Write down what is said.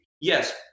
yes